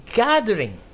gathering